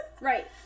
Right